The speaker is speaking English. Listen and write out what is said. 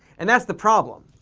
and that's the problem.